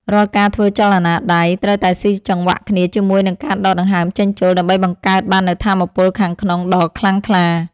រាល់ការធ្វើចលនាដៃ ត្រូវតែស៊ីចង្វាក់គ្នាជាមួយនឹងការដកដង្ហើមចេញចូល ដើម្បីបង្កើតបាននូវថាមពលខាងក្នុងដ៏ខ្លាំងក្លា។